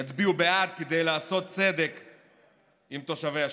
יצביעו בעד, כדי לעשות צדק עם תושבי אשקלון.